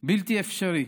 בלתי אפשרי.